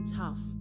tough